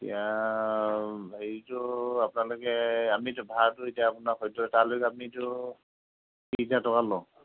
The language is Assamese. এতিয়া হেৰিতো আপোনালোকে আমিতো ভাড়াটো এতিয়া আপোনাক সদ্য়হতে তালৈ আপুনিতো ত্ৰিছ হেজাৰ টকা লওঁ